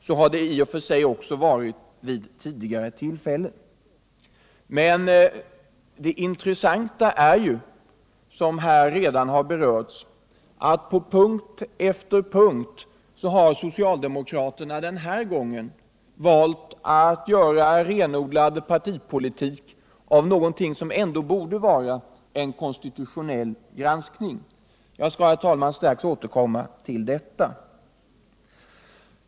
Så har det i och för sig också varit vid tidigare tillfällen, men det intressanta är — och det har redan berörts här i debatten —att socialdemokraterna den här gången på punkt efter punkt har valt att göra renodlad partipolitik av någonting som ändå borde vara en konstitutionell granskning. Jag skall, herr talman, strax återkomma till detta.